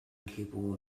incapable